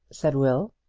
said will.